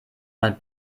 man